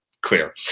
clear